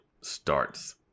starts